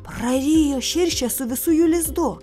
prarijo širšes su visu jų lizdu